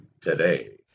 today